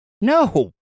No